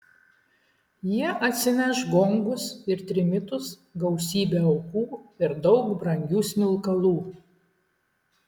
jie atsineš gongus ir trimitus gausybę aukų ir daug brangių smilkalų